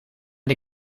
die